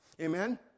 Amen